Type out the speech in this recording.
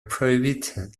prohibited